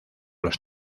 los